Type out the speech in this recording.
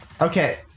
Okay